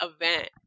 event